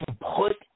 put